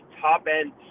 top-end